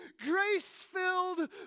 grace-filled